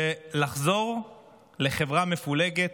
ולחזור לחברה מפולגת,